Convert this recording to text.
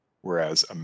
whereas